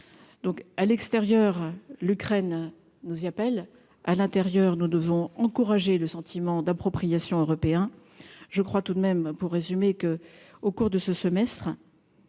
donc à l'extérieur, l'Ukraine nous y appelle à l'intérieur, nous devons encourager le sentiment d'appropriation européen je crois tout de même, pour résumer, que, au cours de ce semestre.